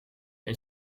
een